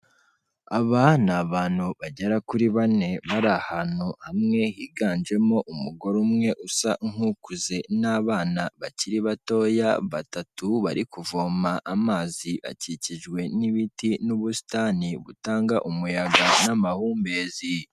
Abana ni abantu bagera kuri bane bari ahantu hamwe, higanjemo umugore umwe usa nk'ukuze n'abana bakiri batoya batatu, bari kuvoma amazi. Akikijwe n'ibiti n'ubusitani butanga umuyaga n'amahumbezi.